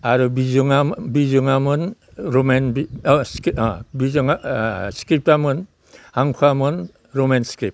आरो बिजोङामोन रमान बिजोङा स्क्रिप्टामोन हांखोआमोन रमान स्क्रिप्ट